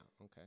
okay